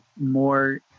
more